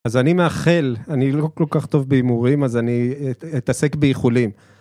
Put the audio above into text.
אז אני מאחל, אני לא כל כך טוב בהימורים, אז אני אתעסק באיחולים.